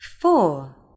four